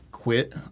Quit